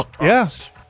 Yes